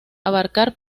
abarcar